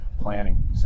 planning